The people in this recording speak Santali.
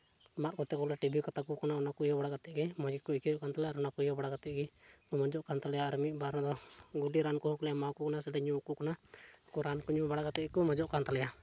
ᱢᱟᱫ ᱠᱚᱛᱮ ᱵᱚᱞᱮ ᱴᱤᱵᱷᱤ ᱠᱟᱛᱟ ᱠᱚ ᱠᱟᱱᱟ ᱚᱱᱟ ᱠᱚ ᱤᱭᱟᱹ ᱵᱟᱲᱟ ᱠᱟᱛᱮᱫ ᱜᱮ ᱢᱚᱡᱽ ᱜᱮᱠᱚ ᱟᱹᱭᱠᱟᱹᱣᱮᱜ ᱠᱟᱱ ᱛᱟᱞᱮᱭᱟ ᱟᱨ ᱚᱱᱟ ᱠᱚ ᱤᱭᱟᱹ ᱵᱟᱲᱟ ᱠᱟᱛᱮᱫ ᱜᱮ ᱢᱚᱡᱚᱜ ᱠᱟᱱ ᱛᱟᱞᱮᱭᱟ ᱟᱨ ᱢᱤᱫ ᱵᱟᱨ ᱫᱚ ᱵᱩᱲᱤ ᱨᱟᱱ ᱠᱚᱦᱚᱸ ᱞᱮ ᱮᱢᱟ ᱠᱚ ᱠᱟᱱᱟ ᱥᱮᱞᱮ ᱧᱩ ᱟᱠᱚ ᱠᱟᱱᱟ ᱩᱱᱠᱩ ᱨᱟᱱ ᱠᱚ ᱧᱩ ᱵᱟᱲᱟ ᱠᱟᱛᱮᱫ ᱜᱮᱠᱚ ᱢᱚᱡᱚᱜ ᱠᱟᱱ ᱛᱟᱞᱮᱭᱟ